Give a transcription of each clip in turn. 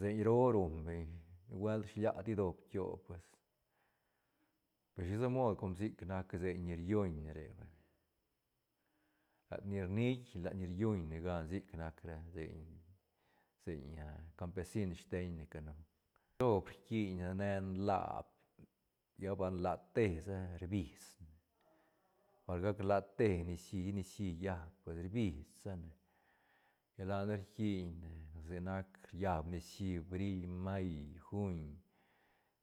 Seiñ roo ruñ beñ nubuelt shilia ti doob kio pues shisa mod com sic seiñ ni riuñ ne re vay lat ni rnit ne lat ni riuñ ne gan sic nac ra seiñ-seiñ ah campesin steiñ ne canu. Doob rquiñ ne nlaa lla bal nlaa te sa rbis ne bal gac late nicií ni nicií llab pues rbis sane lla lane rquiñne desde nac riab nicií bril may juin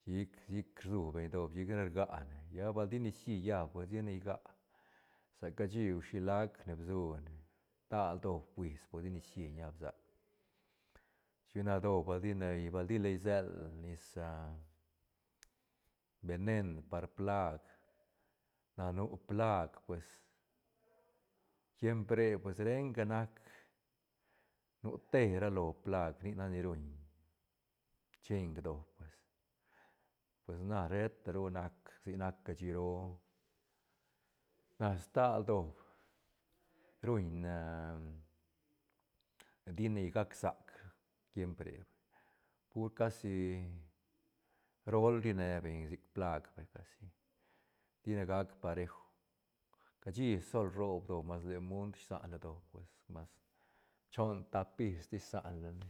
chic- chic rsu beñ doob chicane rga ne lla bal di nicií llab di ne ga saca shi hui shilac ne bsune tal doob fuis por ti nicií ñab sac chic na doob bal tine bal tila isel nis ah venen par plag na nu plag pues tiemp re pues renga nac nu te ra lo plag nic nac ni ruñ ching doob pues- pues na sheta ru nac si nac cashi roo na stal doob ruñ na dine gac sac tiemp re pur casi rol ri ne beñ sic plag vay casi tine gac parejo cashi sol rob doob mas len munt rsanla doob pues mas choon tap is tis isan lane.